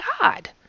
God